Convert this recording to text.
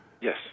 Yes